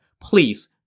Please